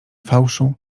fałszu